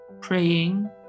praying